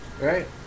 Right